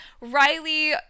Riley